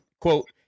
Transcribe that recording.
quote